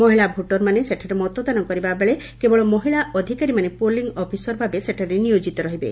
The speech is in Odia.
ମହିଳା ଭୋଟରମାନେ ସେଠାରେ ମତଦାନ କରିବା ବେଳେ କେବଳ ମହିଳା ଅଧିକାରୀମାନେ ପୋଲିଂ ଅଫିସର ଭାବେ ସେଠାରେ ନିୟୋଜିତ ରହିବେ